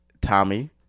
Tommy